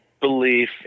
belief